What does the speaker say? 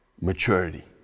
maturity